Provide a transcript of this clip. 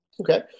Okay